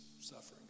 sufferings